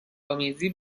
آمیزی